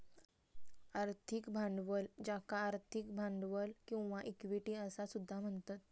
आर्थिक भांडवल ज्याका आर्थिक भांडवल किंवा इक्विटी असा सुद्धा म्हणतत